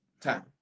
time